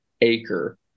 acre